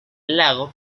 lago